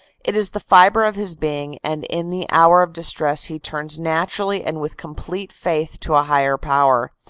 it is the fibre of his being and in the hour of distress he turns naturally and with complete faith to a higher power.